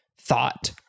thought